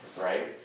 right